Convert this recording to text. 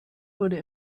wurde